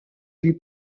lui